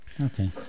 Okay